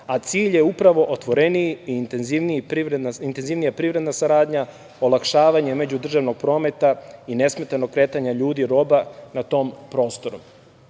a cilj je upravo otvorenija i intenzivnija privredna saradnja, olakšavanje međudržavnog prometa i nesmetano kretanje ljudi i roba na tom prostoru.